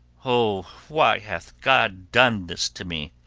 o, why hath god done this to me!